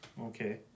okay